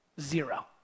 Zero